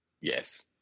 Yes